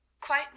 Quite